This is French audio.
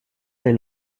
des